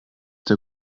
der